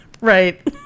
right